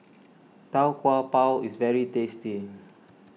Tau Kwa Pau is very tasty